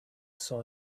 saw